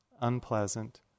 unpleasant